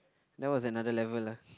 that was another level lah